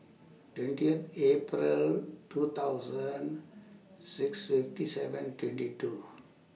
twentieth April two thousand six fifty seven twenty two